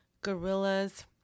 gorillas